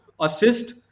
assist